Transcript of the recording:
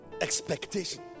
Expectation